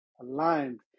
aligned